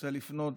רוצה לפנות